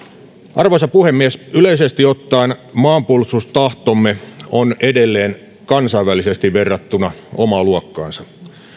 arvoisa puhemies yleisesti ottaen maanpuolustustahtomme on edelleen kansainvälisesti verrattuna omaa luokkaansa